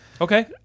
Okay